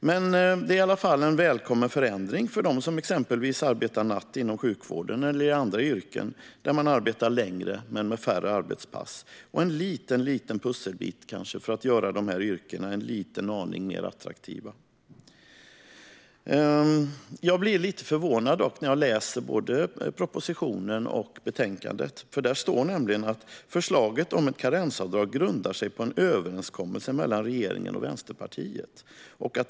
Men det är i alla fall en välkommen förändring för dem som exempelvis arbetar natt inom sjukvården eller inom andra yrken där man arbetar längre men färre arbetspass. Det är kanske också en liten pusselbit för att göra de yrkena aningen mer attraktiva. Jag blir dock lite förvånad när jag läser både propositionen och betänkandet. Det står nämligen att "förslaget om ett karensavdrag grundar sig på en överenskommelse mellan regeringen och Vänsterpartiet.